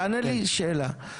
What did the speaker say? תענה לי על השאלה.